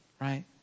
Right